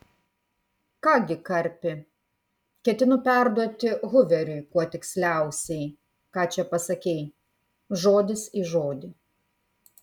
ką gi karpi ketinu perduoti huveriui kuo tiksliausiai ką čia pasakei žodis į žodį